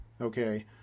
okay